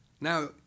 Now